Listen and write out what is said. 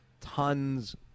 Tons